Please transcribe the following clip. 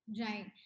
Right